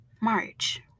March